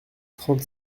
trente